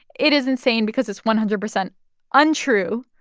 it is insane because it's one hundred percent untrue.